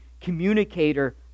communicator